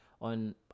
on